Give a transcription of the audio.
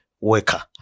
worker